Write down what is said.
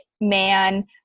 man